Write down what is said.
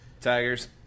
Tigers